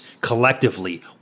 collectively